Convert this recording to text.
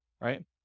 Right